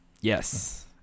Yes